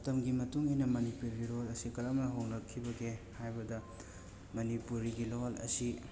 ꯃꯇꯝꯒꯤ ꯃꯇꯨꯡ ꯏꯟꯅ ꯃꯅꯤꯄꯨꯔꯤ ꯂꯣꯜ ꯑꯁꯤ ꯗꯔꯝꯅ ꯍꯣꯡꯂꯛꯈꯤꯕꯒꯦ ꯍꯥꯏꯕꯗ ꯃꯅꯤꯄꯨꯔꯤꯒꯤ ꯂꯣꯜ ꯑꯁꯤ